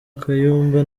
kayumba